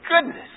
goodness